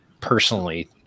personally